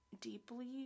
deeply